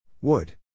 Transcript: Wood